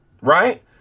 right